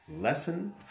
lesson